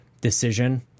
decision